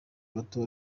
bato